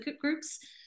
groups